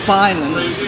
violence